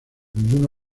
ninguno